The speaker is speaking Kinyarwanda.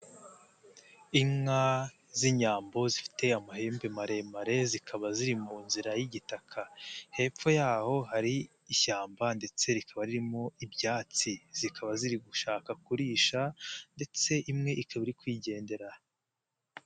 Inka z'inyambo zifite amahembe maremare zikaba ziri mu nzira y'igitaka, hepfo yaho hari ishyamba ndetse rikaba ririmo ibyatsi, zikaba ziri gushaka kurisha ndetse imwe ikaba iri kwigendera.